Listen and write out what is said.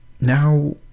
now